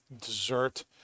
dessert